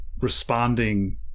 responding